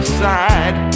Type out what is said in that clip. side